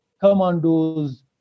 commandos